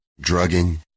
drugging